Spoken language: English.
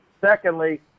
Secondly